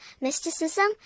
mysticism